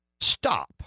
Stop